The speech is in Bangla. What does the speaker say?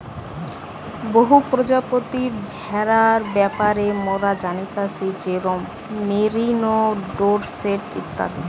বহু প্রজাতির ভেড়ার ব্যাপারে মোরা জানতেছি যেরোম মেরিনো, ডোরসেট ইত্যাদি